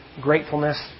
gratefulness